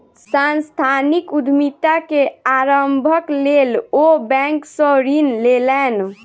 सांस्थानिक उद्यमिता के आरम्भक लेल ओ बैंक सॅ ऋण लेलैन